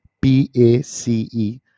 P-A-C-E